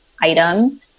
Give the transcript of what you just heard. item